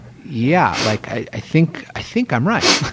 yeah, like i think i think i'm right.